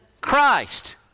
Christ